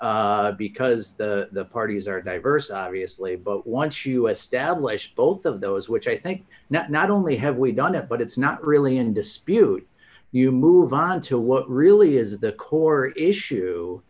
because the parties are diverse obviously but once you establish both of those which i think not only have we done that but it's not really in dispute you move on to what really is the core issue